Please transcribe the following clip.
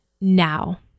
now